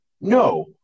no